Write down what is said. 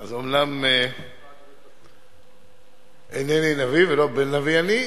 אז אומנם אינני נביא ולא בן נביא אני,